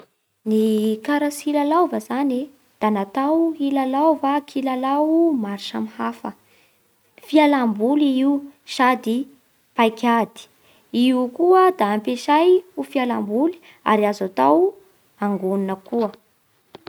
Ny karatsy filalaova zany e, da natao hilalaova kilalao maro samy hafa. Fialamboly i io, sady paik'ady. Io koa da ampesay ho fialam-boly ary azo atao angonina koa.